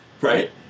Right